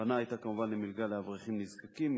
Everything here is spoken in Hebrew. הכוונה היתה כמובן למלגה לאברכים נזקקים,